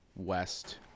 West